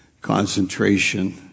concentration